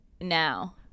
now